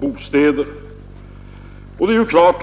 bostadskonsumenten.